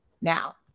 Now